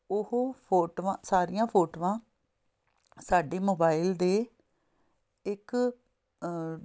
ਉਹ ਫੋਟੋਆਂ ਸਾਰੀਆਂ ਫੋਟੋਆਂ ਸਾਡੇ ਮੋਬਾਈਲ ਦੇ ਇੱਕ